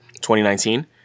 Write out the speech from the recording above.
2019